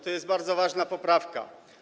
To jest bardzo ważna poprawka.